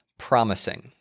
Promising